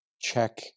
check